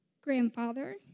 grandfather